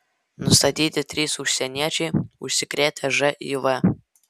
nustatyti trys užsieniečiai užsikrėtę živ